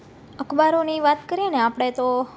અખબારોની વાત કરીએને આપણે તો